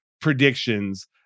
predictions